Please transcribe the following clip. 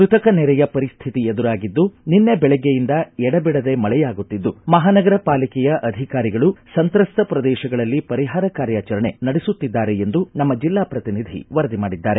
ಕೃತಕ ನೆರೆಯ ಪರಿಶ್ಟಿತಿ ಎದುರಾಗಿದ್ದು ನಿನ್ನೆ ಬೆಳಗ್ಗೆಯಿಂದ ಎಡಬಿಡದೆ ಮಳೆಯಾಗುತ್ತಿದ್ದು ಮಹಾನಗರ ಪಾಲಿಕೆಯ ಅಧಿಕಾರಿಗಳು ಸಂತ್ರಸ್ತ ಪ್ರದೇಶಗಳಲ್ಲಿ ಪರಿಹಾರ ಕಾರ್ಯಚರಣೆ ನಡೆಸುತ್ತಿದ್ದಾರೆ ಎಂದು ನಮ್ಮ ಜಿಲ್ಲಾ ಪ್ರತಿನಿಧಿ ವರದಿ ಮಾಡಿದ್ದಾರೆ